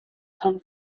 come